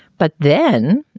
but then